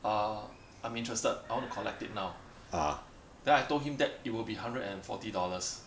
uh I'm interested I wanna collect it now then I told him that it will be hundred and forty dollars